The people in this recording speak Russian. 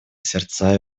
сердца